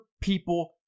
people